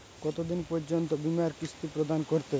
কতো দিন পর্যন্ত বিমার কিস্তি প্রদান করতে হবে?